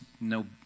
no